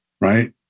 right